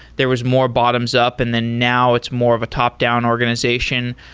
there was more bottoms up and then now it's more of a top-down organization.